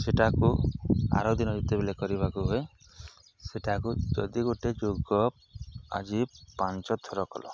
ସେଇଟାକୁ ଆର ଦିନ ଯେତେବେଲେ କରିବାକୁ ହୁଏ ସେଇଟାକୁ ଯଦି ଗୋଟେ ଯୋଗ ଆଜି ପାଞ୍ଚଥର କଲ